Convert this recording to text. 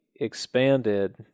expanded